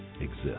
exist